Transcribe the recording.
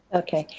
okay.